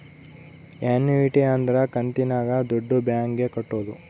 annuity ಅಂದ್ರ ಕಂತಿನಾಗ ದುಡ್ಡು ಬ್ಯಾಂಕ್ ಗೆ ಕಟ್ಟೋದು